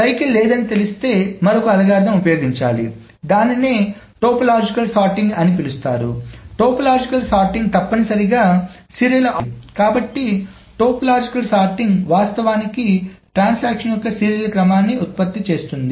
చక్రం లేదని తెలిస్తే మరొక అల్గోరిథం ఉపయోగించాలి దానినే టోపోలాజికల్ సార్టింగ్ అని పిలుస్తారు టోపోలాజికల్ సార్టింగ్ తప్పనిసరిగా సీరియల్ ఆర్డర్ను ఇస్తుంది కాబట్టి టోపోలాజికల్ సార్టింగ్ వాస్తవానికి ట్రాన్సాక్షన్ యొక్క సీరియల్ క్రమాన్ని ఉత్పత్తి చేస్తుంది